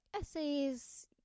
essays